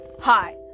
Hi